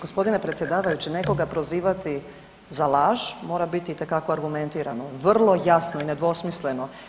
G. predsjedavajući, nekoga prozivati za laž mora bit itekako argumentirano, vrlo jasno i nedvosmisleno.